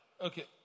Okay